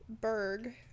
Berg